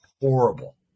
horrible